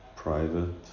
private